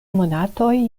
monatoj